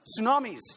Tsunamis